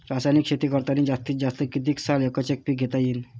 रासायनिक शेती करतांनी जास्तीत जास्त कितीक साल एकच एक पीक घेता येईन?